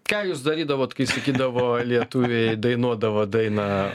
ką jūs darydavot kai sakydavo lietuviai dainuodavo dainą